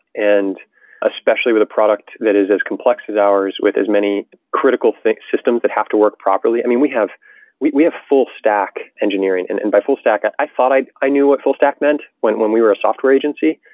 and especially with a product that is as complex as ours with as many critical systems that have to work properly. i mean, we have wheat we have full stack engineering. and and by full stack, and i thought i i knew what full stack meant when when we were a software agency.